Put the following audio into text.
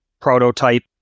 prototype